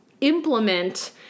implement